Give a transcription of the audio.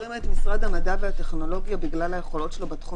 --- את משרד המדע והטכנולוגיה בגלל היכולות שלו בתחום